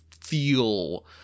feel